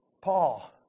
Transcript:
Paul